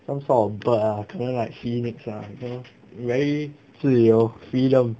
some sort of bird ah 可能 like phoenix ah you know very 自由 freedom